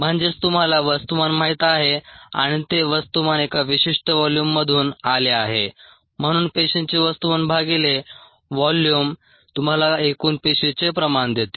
म्हणजेच तुम्हाला वस्तुमान माहित आहे आणि ते वस्तुमान एका विशिष्ट व्होल्यूममधून आले आहे म्हणून पेशींचे वस्तुमान भागिले व्होल्यूम तुम्हाला एकूण पेशीचे प्रमाण देते